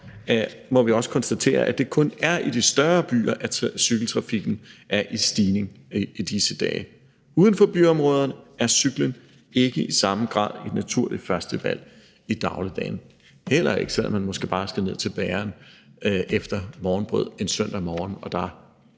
må vi også konstatere, at det kun er i de større byer, at cykeltrafikken er i stigning i disse dage. Uden for byområderne er cyklen ikke i samme grad det naturlige førstevalg i dagligdagen, heller ikke, selv om man måske bare skal ned til bageren efter morgenbrød en søndag morgen og det jo